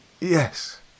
Yes